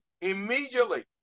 immediately